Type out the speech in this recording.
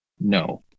no